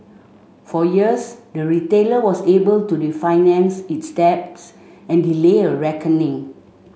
for years the retailer was able to refinance its debts and delay a reckoning